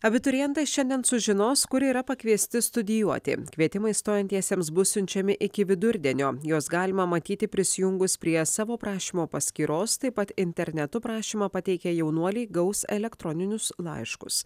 abiturientai šiandien sužinos kur yra pakviesti studijuoti kvietimai stojantiesiems bus siunčiami iki vidurdienio juos galima matyti prisijungus prie savo prašymo paskyros taip pat internetu prašymą pateikę jaunuoliai gaus elektroninius laiškus